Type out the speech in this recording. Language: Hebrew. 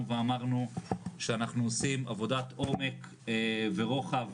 ואמרנו שאנחנו עושים עבודת עומק ורוחב